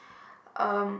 um